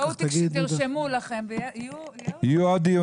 תרשמו לכם ויהיו --- יהיו עוד דיונים.